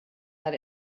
that